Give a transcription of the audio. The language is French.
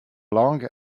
langue